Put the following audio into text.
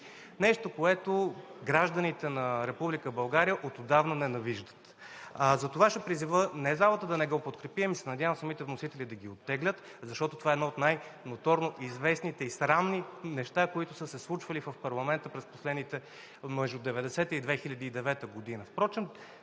нещо, което гражданите на Република България отдавна ненавиждат. Затова ще призова не залата да не го подкрепи, ами се надявам самите вносители да го оттеглят, защото това е едно от най-ноторно известните и срамни неща, които са се случвали в парламента през последните между 1990-а и 2009 г.